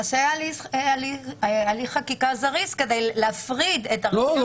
נעשה הליך חקיקה זריז כדי להפריד את הרשויות